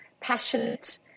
passionate